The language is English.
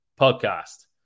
podcast